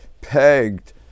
pegged